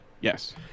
yes